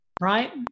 right